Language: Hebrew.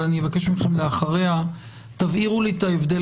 אבל אני אבקש מכם לאחריה שתבהירו לי את ההבדל